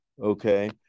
okay